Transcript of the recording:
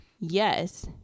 Yes